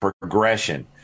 progression